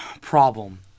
problem